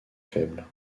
faible